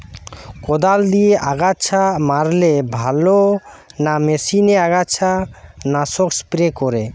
কদাল দিয়ে আগাছা মারলে ভালো না মেশিনে আগাছা নাশক স্প্রে করে?